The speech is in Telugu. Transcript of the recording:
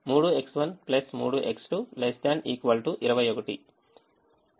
కాబట్టి 3X1 3X2 ≤ 21